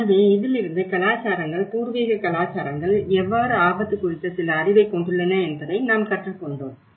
எனவே இதிலிருந்து கலாச்சாரங்கள் பூர்வீக கலாச்சாரங்கள் எவ்வாறு ஆபத்து குறித்த சில அறிவைக் கொண்டுள்ளன என்பதை நாம் கற்றுக்கொண்டோம்